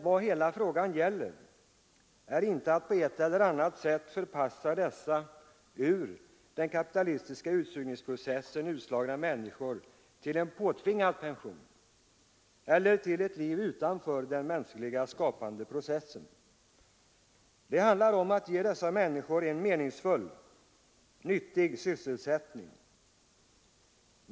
Vad hela frågan gäller är emellertid inte att på ett eller annat sätt förpassa ur kapitalistiska utsugningsprocessen utslagna människor till en påtvingad pension eller till ett liv utanför den mänskliga, skapande processen. Det handlar i stället om att ge dessa människor en meningsfull, nyttig sysselsättning.